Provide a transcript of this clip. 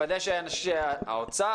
לוודא שהאוצר,